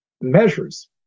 measures